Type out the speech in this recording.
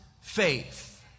faith